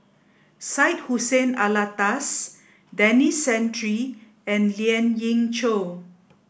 Syed Hussein Alatas Denis Santry and Lien Ying Chow